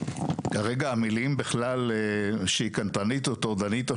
כרגע המילים בכלל שהיא קנטרנית או טורדנית או